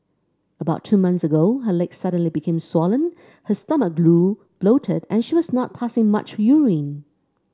about two months ago her legs suddenly became swollen her stomach grew bloated and she was not passing much urine